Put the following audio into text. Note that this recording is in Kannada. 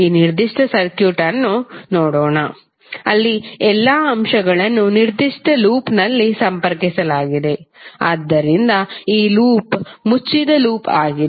ಈ ನಿರ್ದಿಷ್ಟ ಸರ್ಕ್ಯೂಟ್ ಅನ್ನು ನೋಡೋಣ ಅಲ್ಲಿ ಎಲ್ಲಾ ಅಂಶಗಳನ್ನು ನಿರ್ದಿಷ್ಟ ಲೂಪ್ನಲ್ಲಿ ಸಂಪರ್ಕಿಸಲಾಗಿದೆ ಆದ್ದರಿಂದ ಈ ಲೂಪ್ ಮುಚ್ಚಿದ ಲೂಪ್ ಆಗಿದೆ